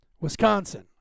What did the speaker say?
Wisconsin